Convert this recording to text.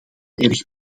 erg